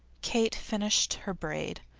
kate finished her braid,